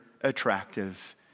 attractive